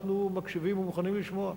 אנחנו מקשיבים ומוכנים לשמוע.